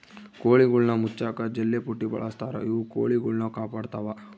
ಕೋಳಿಗುಳ್ನ ಮುಚ್ಚಕ ಜಲ್ಲೆಪುಟ್ಟಿ ಬಳಸ್ತಾರ ಇವು ಕೊಳಿಗುಳ್ನ ಕಾಪಾಡತ್ವ